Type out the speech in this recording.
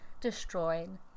destroyed